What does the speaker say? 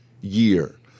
year